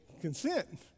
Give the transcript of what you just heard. consent